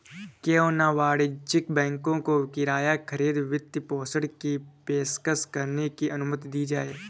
क्यों न वाणिज्यिक बैंकों को किराया खरीद वित्तपोषण की पेशकश करने की अनुमति दी जाए